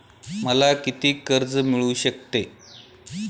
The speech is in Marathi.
मला किती कर्ज मिळू शकते?